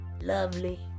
Lovely